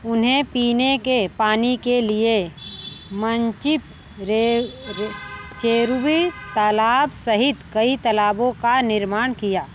उन्हें पीने के पानी के लिए मंचिप्प रेल चेरुवे तालाब सहित कई तलाबों का निर्माण किया